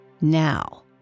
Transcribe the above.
Now